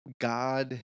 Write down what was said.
God